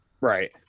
Right